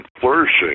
flourishing